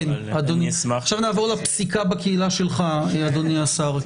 עכשיו נעבור לפסיקה בקהילה שלך אדוני השר.